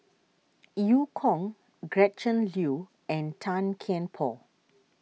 Eu Kong Gretchen Liu and Tan Kian Por